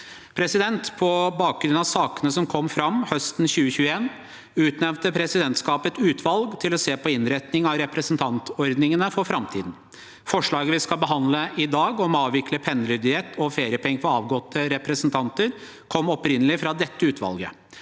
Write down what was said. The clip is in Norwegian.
sådan. På bakgrunn av sakene som kom fram høsten 2021, utnevnte presidentskapet et utvalg for å se på innretningen av representantordningene for framtiden. Forslaget vi skal behandle i dag, om å avvikle pendlerdiett og feriepenger for avgåtte representanter, kom opprinnelig fra dette utvalget.